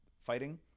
fighting